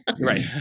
Right